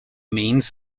means